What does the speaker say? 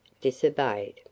disobeyed